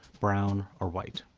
brown, or white.